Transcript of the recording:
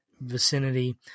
vicinity